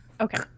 Okay